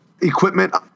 equipment